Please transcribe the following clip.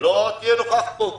ולא תהיה נוכח פה.